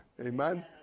Amen